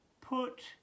put